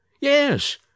Yes